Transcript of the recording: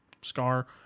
Scar